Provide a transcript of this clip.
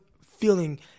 feeling